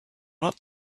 not